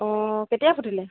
অঁ কেতিয়া ফুটিলে